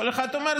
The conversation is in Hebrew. וכל אחד אומר,